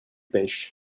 pêchent